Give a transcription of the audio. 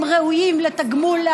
הם ראויים לתגמול,